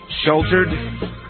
sheltered